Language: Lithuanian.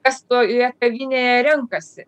kas toje kavinėje renkasi